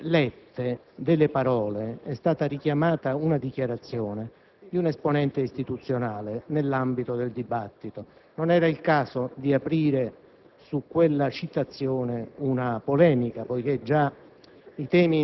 perché poi ci si possa orientare, di volta in volta, su ogni singolo emendamento, proprio alla luce del parere espresso poco fa.